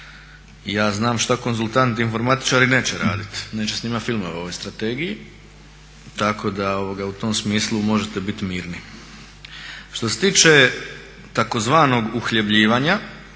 ja znam šta konzultanti i informatičari neće raditi, neće snimat filmove o ovoj strategiji tako da u tom smislu možete biti mirni. Što se tiče tzv. uhljebljivanja